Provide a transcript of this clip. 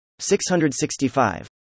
665